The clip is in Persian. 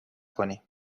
کنیم